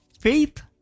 faith